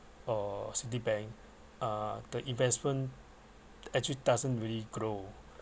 or Citibank uh the investment actually doesn't really grow